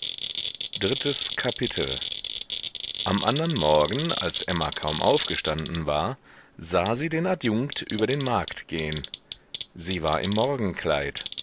drittes kapitel am andern morgen als emma kaum aufgestanden war sah sie den adjunkt über den markt gehen sie war im morgenkleid